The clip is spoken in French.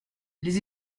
les